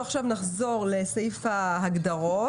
נחזור לסעיף ההגדרות.